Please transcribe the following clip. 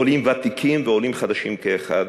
עולים ותיקים ועולים חדשים כאחד,